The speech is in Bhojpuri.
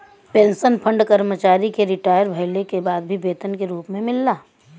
पेंशन फंड कर्मचारी के रिटायर भइले के बाद भी वेतन के रूप में मिलला